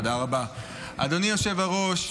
אדוני היושב-ראש,